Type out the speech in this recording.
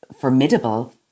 formidable